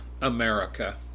America